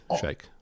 shake